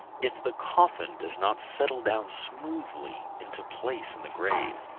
if the coffin does not settle down smoothly into place in the grave,